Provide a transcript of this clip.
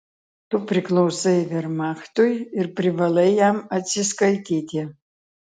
tu priklausai vermachtui ir privalai jam atsiskaityti